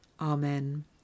Amen